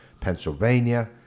pennsylvania